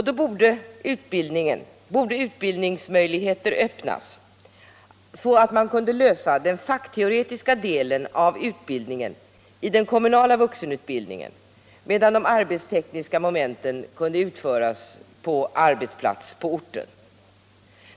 Då borde utbildningsmöjligheter öppnas, så att man kunde inordna den fackteoretiska delen av utbildningen i den kommunala vuxenutbildningen medan de arbetstekniska momenten kunde utföras på arbetsplats på orten.